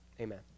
amen